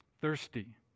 Thirsty